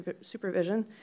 supervision